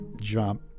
jump